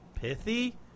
pithy